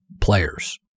players